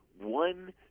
one